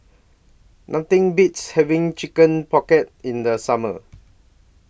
Nothing Beats having Chicken Pocket in The Summer